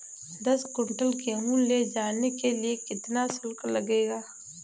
दस कुंटल गेहूँ ले जाने के लिए कितना शुल्क लगेगा?